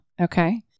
Okay